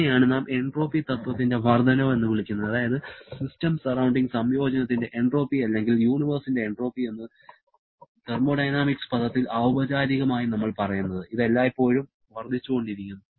ഇതിനെയാണ് നാം എൻട്രോപ്പി തത്വത്തിന്റെ വർദ്ധനവ് എന്ന് വിളിക്കുന്നത് അതായത് സിസ്റ്റം സറൌണ്ടിങ് സംയോജനത്തിന്റെ എൻട്രോപ്പി അല്ലെങ്കിൽ യൂണിവേഴ്സിന്റെ എൻട്രോപ്പി എന്ന് തെർമോഡയനാമിക്സ് പദത്തിൽ ഔപചാരികമായി നമ്മൾ പറയുന്നത് ഇത് എല്ലായ്പ്പോഴും വർദ്ധിച്ചുകൊണ്ടിരിക്കുന്നു